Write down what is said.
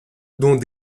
dont